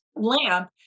lamp